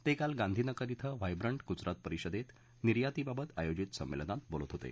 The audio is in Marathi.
ते काल गांधीनगर क्वे व्हायव्रंट गुजरात परिषदेत निर्यातीबाबत आयोजित संमेलनात बोलत होते